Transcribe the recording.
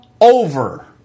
over